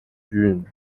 june